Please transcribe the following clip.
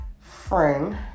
friend